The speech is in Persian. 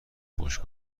خوش